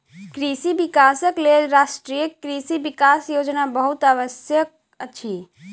कृषि विकासक लेल राष्ट्रीय कृषि विकास योजना बहुत आवश्यक अछि